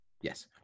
Yes